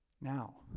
Now